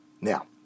Now